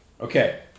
Okay